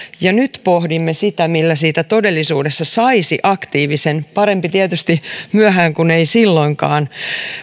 ja nyt pohdimme sitä millä siitä todellisuudessa saisi aktiivisen parempi tietysti myöhään kuin ei silloinkaan